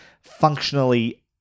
functionally